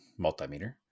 multimeter